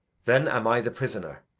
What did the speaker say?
then am i the prisoner,